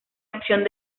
opción